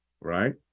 right